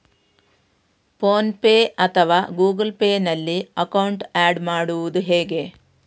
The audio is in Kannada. ಫೋನ್ ಪೇ ಅಥವಾ ಗೂಗಲ್ ಪೇ ನಲ್ಲಿ ಅಕೌಂಟ್ ಆಡ್ ಮಾಡುವುದು ಹೇಗೆ?